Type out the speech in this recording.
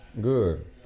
Good